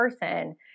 person